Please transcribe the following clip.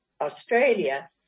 Australia